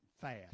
fast